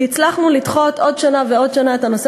והצלחנו לדחות עוד שנה ועוד שנה את הנושא